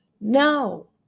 No